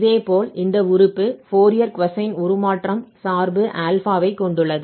இதேபோல் இந்த உறுப்பு ஃபோரியர் கொசைன் உருமாற்றம் சார்பு α ஐ கொண்டுள்ளது